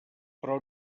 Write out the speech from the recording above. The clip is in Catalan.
però